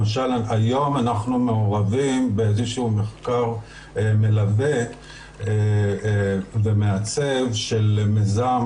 למשל היום אנחנו מעורבים באיזשהו מחקר מלווה ומעצב של מיזם,